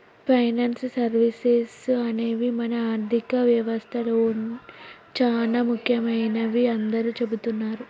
finance services అనేవి మన ఆర్థిక వ్యవస్తలో చానా ముఖ్యమైనవని అందరూ చెబుతున్నరు